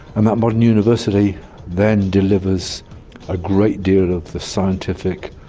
and that modern university then delivers a great deal of the scientific,